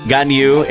Ganyu